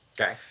Okay